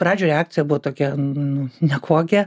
pradžioj reakcija buvo tokia nu nekokia